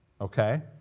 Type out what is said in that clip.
Okay